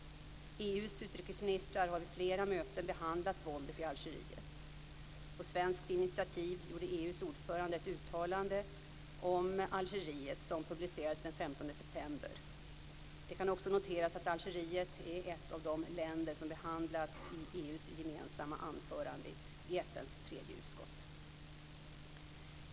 EU:s utrikesministrar har vid flera möten behandlat våldet i Algeriet. På svenskt initiativ gjorde EU:s ordförande ett uttalande om Algeriet som publicerades den 15 september. Det kan också noteras att Algeriet är ett av de länder som behandlats i EU:s gemensamma anförande i FN:s tredje utskott.